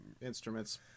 instruments